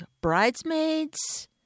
Bridesmaids